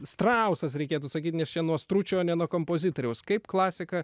strausas reikėtų sakyti nes čia nuo stručio ne nuo kompozitoriaus kaip klasika